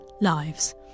lives